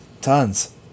Tons